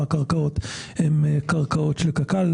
מהקרקעות הן קרקעות של קק"ל,